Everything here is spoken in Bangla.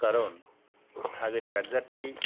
কারণ আগের চার্জারটি